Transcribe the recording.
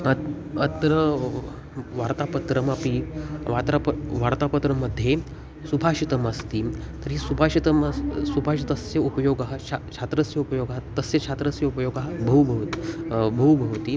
अत् अत्र वार्तापत्रमपि वक्त्रापि वार्तापत्रस्य मध्ये सुभाषितमस्ति तर्हि सुभाषितम् अस्य सुभाषितस्य उपयोगः शात्रस्य उपयोगः तस्य शात्रस्य उपयोगः बहु भवति बहु भवति